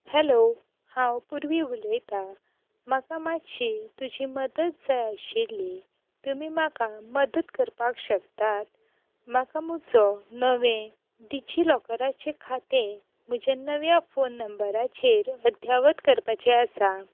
hello हांव पुर्वी उलयतां म्हाका मातशी तुजी मदत जाय आशिल्ली तुमी म्हाका मदत करपाक शकतात म्हाका म्हजो नवें डीजी लोकराचे खातें म्हज्या नव्या फोन नंबराचेर अध्यावत करपाचें आसा